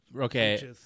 Okay